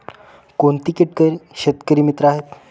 कोणती किटके शेतकरी मित्र आहेत?